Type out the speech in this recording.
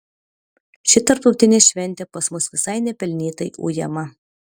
ši tarptautinė šventė pas mus visai nepelnytai ujama